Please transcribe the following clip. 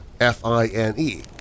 F-I-N-E